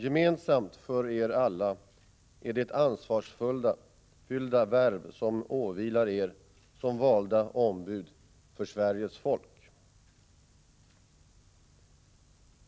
Gemensamt för Eder alla är det ansvarsfyllda värv som åvilar Eder som valda ombud för Sveriges folk.